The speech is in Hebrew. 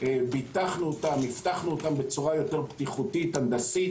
אבטחנו אותם בצורה יותר בטיחותית הנדסית.